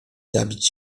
zabić